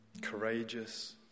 courageous